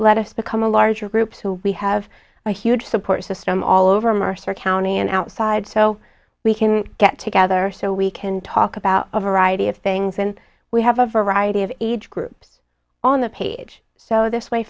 us become a larger groups who we have a huge support system all over mercer county and outside so we can get together so we can talk about a variety of things and we have a variety of age groups on the page so this way